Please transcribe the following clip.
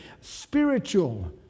spiritual